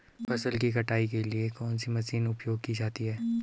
फसल की कटाई के लिए कौन सी मशीन उपयोग की जाती है?